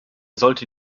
sollte